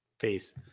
Peace